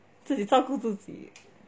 自己照顾自己